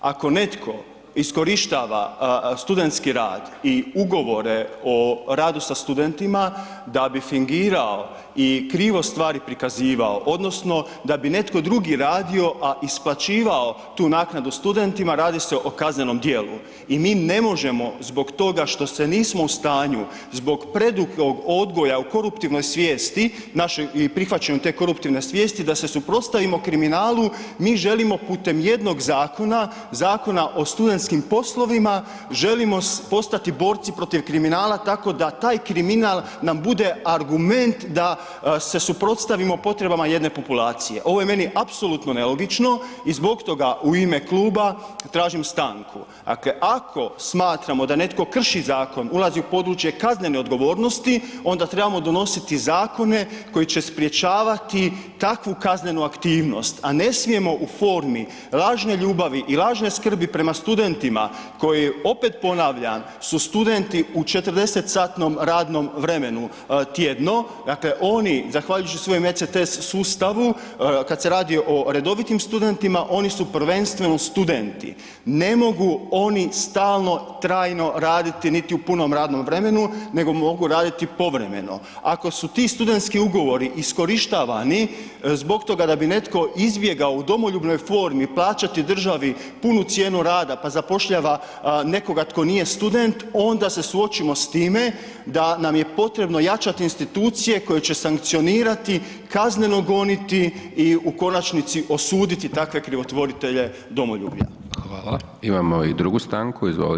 Ako netko iskorištava studentski rad i Ugovore o radu sa studentima da bi fingirao i krivo stvari prikazivao odnosno da bi netko drugi radio, a isplaćivao tu naknadu studentima, radi se o kaznenom dijelu i mi ne možemo zbog toga što se nismo u stanju zbog predugog odgoja u koruptivnoj svijesti i prihvaćanju te koruptivne svijesti, da se suprotstavimo kriminalu, mi želimo putem jednog zakona, Zakona o studentskim poslovima, želimo postati borci protiv kriminala tako da taj kriminal nam bude argument da se suprotstavimo potrebama jedne populacije, ovo je meni apsolutno nelogično i zbog toga u ime kluba tražim stanku, dakle ako smatramo da netko krši zakon, ulazi u područje kaznene odgovornosti onda trebamo donositi zakone koji će sprječavati takvu kaznenu aktivnost, a ne smijemo u formi lažne ljubavi i lažne skrbi prema studentima koji, opet ponavljam, su studenti u 40-satnom radnom vremenu tjedno, dakle oni zahvaljujući svojim ETC sustavu kad se radi o redovitim studentima oni su prvenstveno studenti, ne mogu oni stalno trajno raditi niti u punom radnom vremenu, nego mogu raditi povremeno, ako su ti studentski ugovori iskorištavani zbog toga da bi netko izbjegao u domoljubnoj formi plaćati državi punu cijenu rada, pa zapošljava nekoga tko nije student, onda se suočimo s time da nam je potrebno jačat institucije koje će sankcionirati, kazneno goniti i u konačnici osuditi takve krivotvoritelje domoljublja.